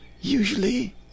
usually